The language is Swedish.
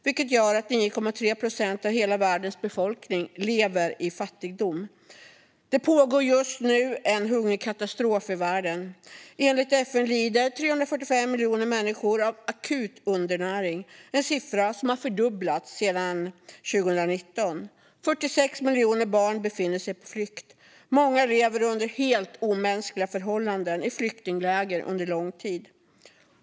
Det gör att 9,3 procent av hela världens befolkning lever i fattigdom. Det pågår just nu en hungerkatastrof i världen. Enligt FN lider 345 miljoner människor av akut undernäring, en siffra som har fördubblats sedan 2019. Det är 46 miljoner barn som befinner sig på flykt. Många lever under helt omänskliga förhållanden i flyktingläger under lång tid.